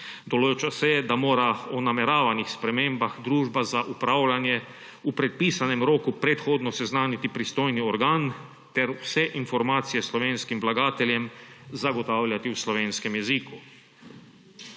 Določa se, da mora o nameravanih spremembah družba za upravljanje v predpisanem roku predhodno seznaniti pristojni organ ter vse informacije slovenskim vlagateljem zagotavljati v slovenskem jeziku.